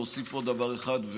להוסיף עוד דבר אחד,